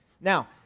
Now